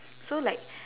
so like